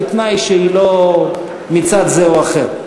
בתנאי שהיא לא מצד זה או אחר.